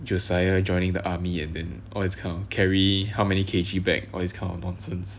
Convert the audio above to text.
josiah joining the army and then all this kind of carry how many kg bag all this kind of nonsense